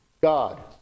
God